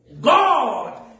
God